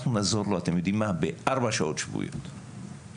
ספורט אנחנו נעזור לו בארבע שעות שבועיות, למשל.